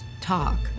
talk